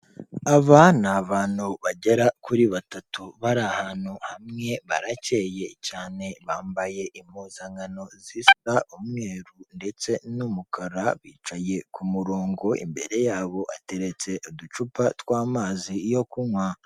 Aba ni abantu bagera kuri batatu bari ahantu hamwe baracyeye cyane bambaye impuzankano zisa umweru ndetse n'umukara, bicaye ku murongo imbere yabo hateretse uducupa tw'amazi yo kunywa.